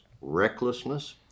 recklessness